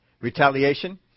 retaliation